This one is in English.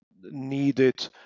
needed